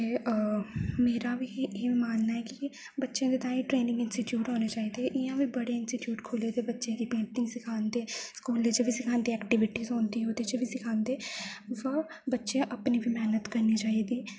मेरा बी एह् मानना ऐ कि बच्चें दे ताहीं ट्रेनिंग दे इंस्टीट्यूट होने चाहिदे इ'यां बी बडे़ इंस्टीट्यूट खु'ल्ले दे बच्चे दी पेंटिंग सखान दे स्कूलें च बी सखांदे एक्टिविटीज होंदी ओह्दे च बी सखांदे बा बच्चें ई अपनी बी मैह्नत करनी चाहिदी